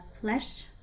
flesh